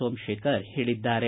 ಸೋಮಶೇಖರ್ ಹೇಳಿದ್ದಾರೆ